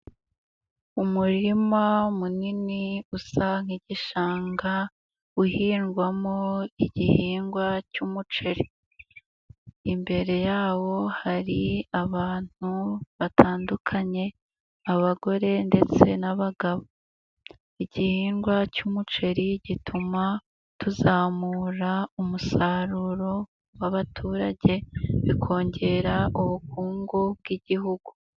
Umurima munini usa nk'igishanga, uhingwamo igihingwa cy'umuceri, imbere yawo hari abantu batandukanye, abagore ndetse n'abagabo. Igihingwa cy'umuceri gituma tuzamura umusaruro w'abaturage bikongera ubukungu bw'igihugu.